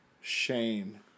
Shane